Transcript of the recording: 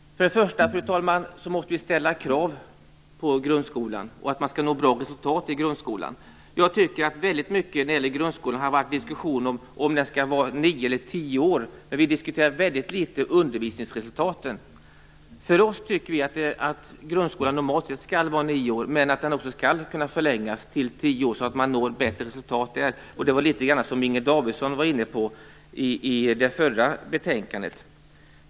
Först och främst måste vi ställa krav på grundskolan och på att man skall nå bra resultat i grundskolan. Jag tycker att väldigt mycket av diskussionen omkring grundskolan har gällt huruvida den skall vara nio eller tio år. Vi har diskuterat undervisningsresultaten väldigt litet. Vi tycker att grundskolan normalt sett skall vara nio år, men att den också skall kunna förlängas till tio år, så att man når bättre resultat. Det var vad Inger Davidson var inne på litet grand i samband med det förra betänkandet.